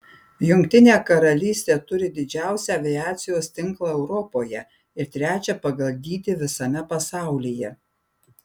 jungtinė karalystė turi didžiausią aviacijos tinklą europoje ir trečią pagal dydį visame pasaulyje